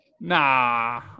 Nah